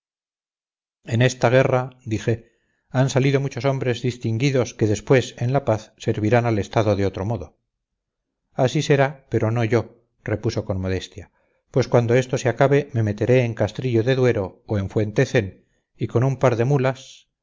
en esta guerra dije han salido muchos hombres distinguidos que después en la paz servirán al estado de otro modo así será pero no yo repuso con modestia pues cuando esto se acabe me meteré en castrillo de duero o en fuentecén y con un par de mulas